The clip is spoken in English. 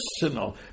personal